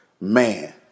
Man